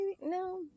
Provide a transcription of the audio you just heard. no